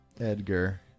Edgar